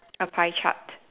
a pie chart